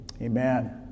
Amen